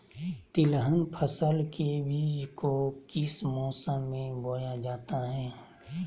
तिलहन फसल के बीज को किस मौसम में बोया जाता है?